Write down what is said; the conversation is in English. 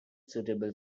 suitable